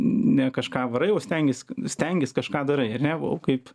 ne kažką varai o stengies stengies kažką darai ar ne o kaip